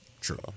true